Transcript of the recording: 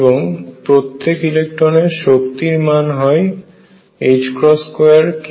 এবং প্রত্যেক ইলেকট্রনের শক্তির মান হয় 2k22m